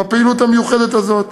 בפעילות המיוחדת הזאת.